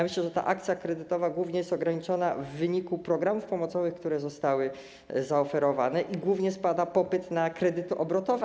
Myślę, że akcja kredytowa głównie jest ograniczona w wyniku programów pomocowych, które zostały zaoferowane, i głównie spada popyt na kredyty obrotowe.